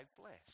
blessed